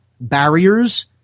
barriers